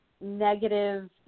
negative